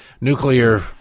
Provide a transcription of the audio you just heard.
nuclear